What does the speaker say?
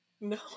No